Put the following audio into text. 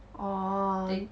orh